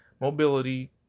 mobility